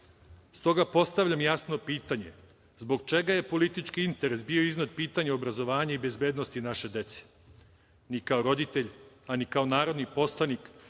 put. Stoga, postavljam jasno pitanje – zbog čega je politički interes bio iznad pitanja obrazovanja i bezbednosti naše dece? Ni kao roditelj, a ni kao narodni poslanik,